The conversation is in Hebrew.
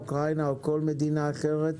אוקראינה או כל מדינה אחרת,